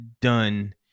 done